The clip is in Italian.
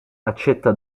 accetta